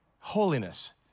holiness